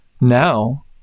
now